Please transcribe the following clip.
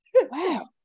Wow